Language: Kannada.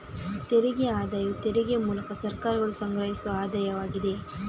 ತೆರಿಗೆ ಆದಾಯವು ತೆರಿಗೆಯ ಮೂಲಕ ಸರ್ಕಾರಗಳು ಸಂಗ್ರಹಿಸುವ ಆದಾಯವಾಗಿದೆ